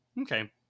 Okay